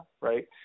right